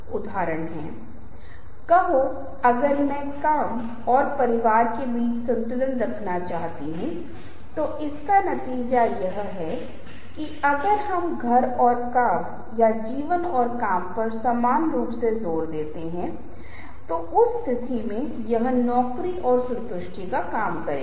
इसका कारण यह है कि हम नरम कौशल पर एक कोर्स में हैं और लोगों को मनाने के लिए एक सॉफ्ट स्किल है जिसे आपको बनाने और विकसित करने की आवश्यकता है और जैसा कि मैंने शुरुआत में ही साझा किया है यह जरूरी नहीं है कि अनैतिक है क्योंकि जब आप किसी को मनाने की कोशिश कर रहे हैं आप वास्तव में उस व्यक्ति को धोखा नहीं दे रहे हैं